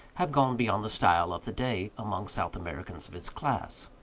have gone beyond the style of the day among south americans of his class.